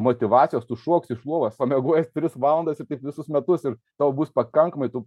motyvacijos tu šoksi iš lovos pamiegojęs tris valandas visus metus ir tau bus pakankamai tu